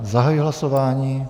Zahajuji hlasování.